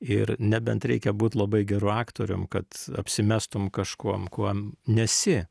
ir nebent reikia būt labai geru aktorium kad apsimestum kažkuom kuom nesi